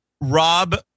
Rob